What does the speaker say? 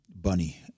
Bunny